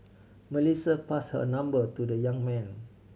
Melissa passed her number to the young man